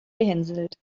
gehänselt